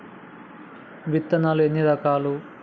విత్తనాలు ఎన్ని రకాలు?